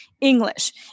English